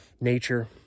nature